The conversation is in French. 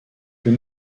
plus